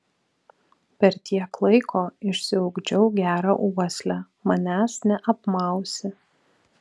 per tiek laiko išsiugdžiau gerą uoslę manęs neapmausi